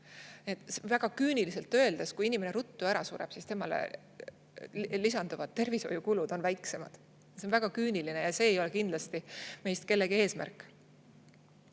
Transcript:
Väga küüniliselt öeldes: kui inimene ruttu ära sureb, siis temale lisanduvad tervishoiukulud on väiksemad. See on väga küüniline ja see ei ole kindlasti meist kellegi eesmärk. Inimesed